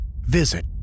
visit